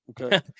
okay